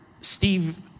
Steve